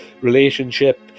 relationship